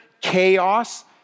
chaos